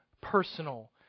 personal